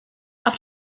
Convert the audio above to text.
auf